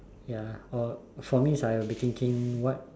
ya or for me is I will be thinking what